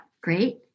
Great